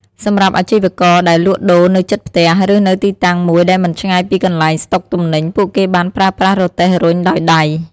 សម្រាប់អាជីវករដែលលក់ដូរនៅជិតផ្ទះ ឬនៅទីតាំងមួយដែលមិនឆ្ងាយពីកន្លែងស្តុកទំនិញ ពួកគេបានប្រើប្រាស់រទេះរុញដោយដៃ។